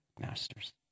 masters